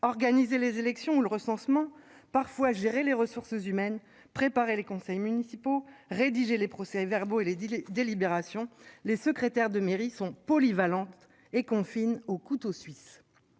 Organiser les élections où le recensement parfois gérer les ressources humaines, préparer les conseils municipaux rédiger les procès-verbaux et les 10 les délibérations, les secrétaires de mairie sont polyvalente et confine au couteau suisse.